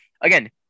again